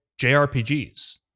JRPGs